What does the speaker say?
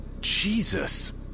Jesus